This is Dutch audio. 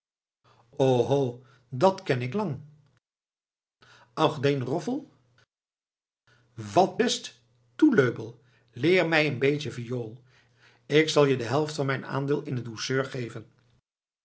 dat ken ik lang auch den roffel wat best toe löbell leer mij een beetje viool k zal je de helft van mijn aandeel in t douceur geven